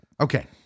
Okay